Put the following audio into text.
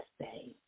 say